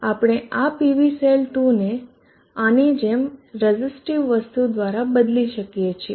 આપણે આ PV cell 2 ને આની જેમ રઝીસ્ટીવ વસ્તુ દ્વારા બદલી શકીએ છીએ